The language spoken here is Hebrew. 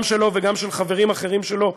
גם שלו וגם של חברים אחרים שלו,